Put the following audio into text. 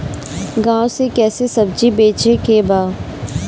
गांव से कैसे सब्जी बेचे के बा?